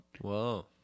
Whoa